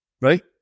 Right